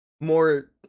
more